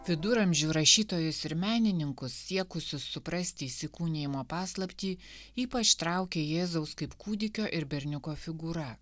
viduramžių rašytojus ir menininkus siekusius suprasti įsikūnijimo paslaptį ypač traukė jėzaus kaip kūdikio ir berniuko figūra